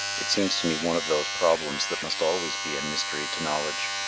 it seems to me one of those problems that must always be a mystery to knowledge.